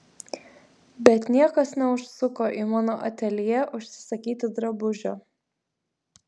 bet niekas neužsuko į mano ateljė užsisakyti drabužio